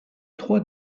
trois